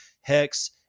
hex